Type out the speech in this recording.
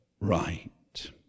right